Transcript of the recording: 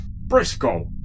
Briscoe